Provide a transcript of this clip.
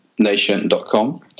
nation.com